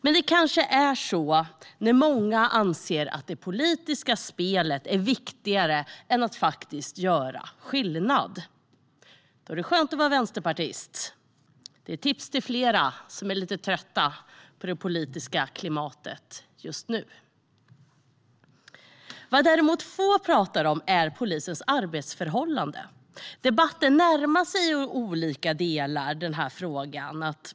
Men det kanske är så när många anser att det politiska spelet är viktigare än att faktiskt göra skillnad. Då är det skönt att vara vänsterpartist. Det är ett tips till flera som är lite trötta på det politiska klimatet just nu. Vad däremot få pratar om är polisens arbetsförhållanden. Debatten närmar sig i olika delar den frågan.